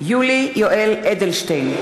יואל אדלשטיין,